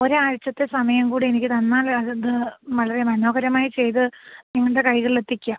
ഒരാഴ്ച്ചത്തെ സമയം കൂടെ എനിക്ക് തന്നാലത് വളരെ മനോഹരമായി ചെയ്ത് നിങ്ങളുടെ കൈകളിലെത്തിക്കാം